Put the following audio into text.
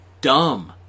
dumb